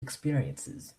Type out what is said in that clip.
experiences